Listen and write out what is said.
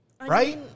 Right